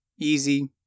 easy